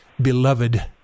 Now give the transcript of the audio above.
beloved